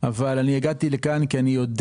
כשהמפעל הזה יתמודד במכרז כנגד חברת סינרג'י, תהיה